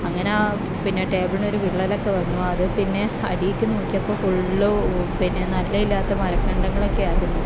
അങ്ങനെ ആ പിന്നെ ടേബിളിനൊരു വിള്ളലൊക്കെ വന്നു അത് പിന്നെ അടിയിലേക്ക് നോക്കിയപ്പോൾ ഫുള്ള് പിന്നെ നല്ലയില്ലാത്ത മരകണ്ടങ്ങളൊക്കെ ആയിരുന്നു